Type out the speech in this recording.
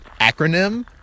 acronym